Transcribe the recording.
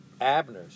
Abner's